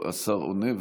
השר עונה,